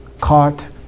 caught